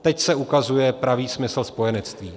Teď se ukazuje pravý smysl spojenectví.